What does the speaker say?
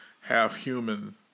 half-human